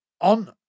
On